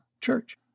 church